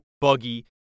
buggy